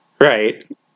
Right